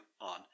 on